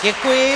Děkuji.